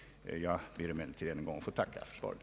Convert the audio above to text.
Jag ber än en gång få tacka för svaret.